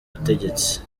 butegetsi